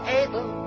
able